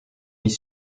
mis